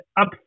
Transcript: up